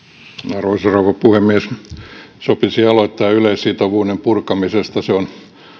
arvoisa rouva puhemies sopisi aloittaa yleissitovuuden purkamisesta se on